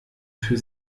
für